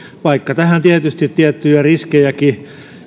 vaikka tähän tietysti tiettyjä riskejäkin